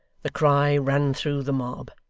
the cry ran through the mob.